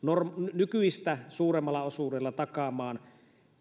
nykyistä suuremmalla osuudella takaamaan